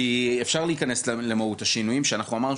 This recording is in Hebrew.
כי אפשר להיכנס למהות השינויים שאנחנו אמרנו